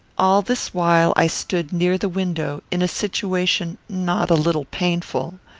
all this while i stood near the window, in a situation not a little painful.